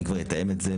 וכבר אתאם את זה,